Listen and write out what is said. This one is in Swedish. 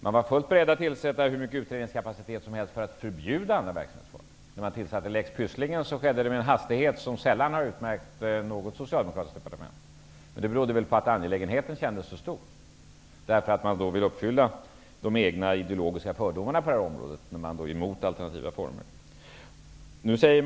Man var fullt beredd att avsätta hur mycket utredningskapacitet som helst för att förbjuda andra verksamhetsformer. När lex Pysslingen infördes skedde det med en hastighet som sällan har utmärkt något socialdemokratiskt departement, men det berodde väl på att angelägenheten kändes så stor. Man ville uppfylla de egna ideologiska fördomarna i det här avseendet genom att gå emot alternativa former.